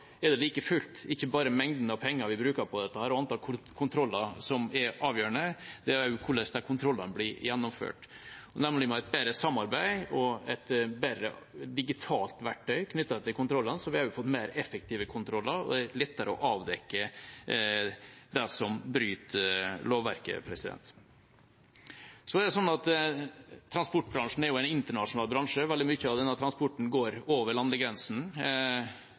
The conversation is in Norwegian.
er det like fullt ikke bare mengden penger vi bruker på dette, og antallet kontroller som er avgjørende, det er også hvordan kontrollene blir gjennomført, nemlig ved et bedre samarbeid. Et bedre digitalt verktøy knyttet til kontrollene har gjort at vi har fått mer effektive kontroller, og det er lettere å avdekke brudd på lovverk. Transportbransjen er en internasjonal bransje. Veldig mye av denne transporten går over